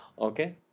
Okay